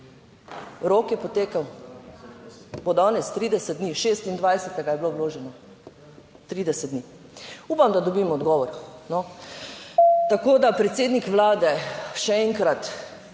Rok je potekel. Bo danes 30 dni, 26. je bilo vloženo 30 dni. Upam, da dobimo odgovor. Tako da predsednik Vlade, še enkrat,